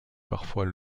parfois